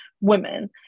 women